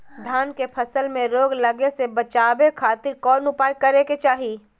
धान के फसल में रोग लगे से बचावे खातिर कौन उपाय करे के चाही?